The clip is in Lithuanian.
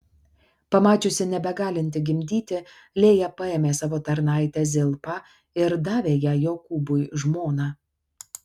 pamačiusi nebegalinti gimdyti lėja paėmė savo tarnaitę zilpą ir davė ją jokūbui žmona